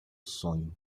sonho